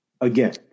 again